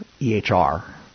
EHR